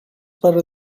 better